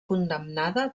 condemnada